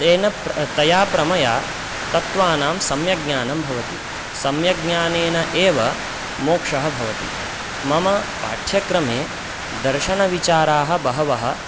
तेन प्र तया प्रमया तत्वानां सम्यग्ज्ञानं भवति सम्यग्ज्ञानेन एव मोक्षः भवति मम पाठ्यक्रमे दर्शनविचाराः बहवः